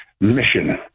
mission